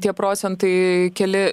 tie procentai keli